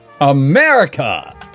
America